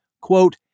quote